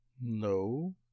No